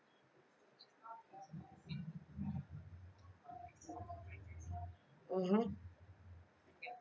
mmhmm